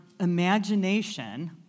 imagination